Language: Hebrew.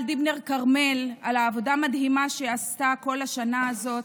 דיבנר כרמל על העבודה המדהימה שהיא עשתה כל השנה הזאת,